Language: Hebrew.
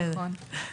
נכון.